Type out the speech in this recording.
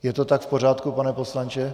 Je to tak v pořádku, pane poslanče?